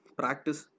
practice